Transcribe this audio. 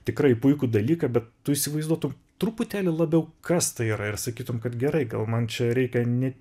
tikrai puikų dalyką bet tu įsivaizduotum truputėlį labiau kas tai yra ir sakytum kad gerai gal man čia reikia ne